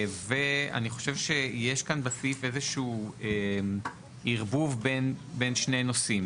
ואני חושב שיש כאן בסעיף איזשהו ערבוב בין שני נושאים.